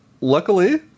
Luckily